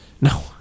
No